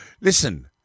listen